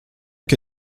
que